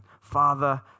Father